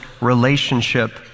relationship